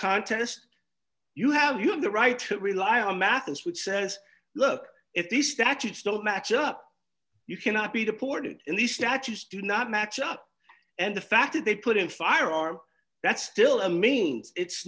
contest you have you have the right to rely on mathis which says look if these statutes don't match up you cannot be deported in the statues do not match up and the fact that they put in firearm that's still a means it's